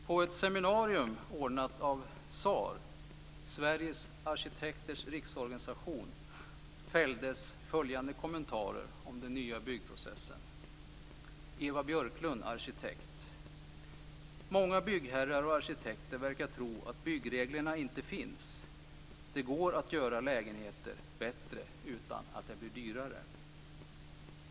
På ett seminarium ordnat av SAR, Sveriges Arkitekters Riksorganisation, fälldes följande kommentarer om den nya byggprocessen: Eva Björklund, arkitekt: Många byggherrar och arkitekter verkar tro att byggreglerna inte finns. Det går att göra lägenheter bättre utan att det blir dyrare.